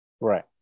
right